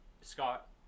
Scott